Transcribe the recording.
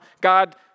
God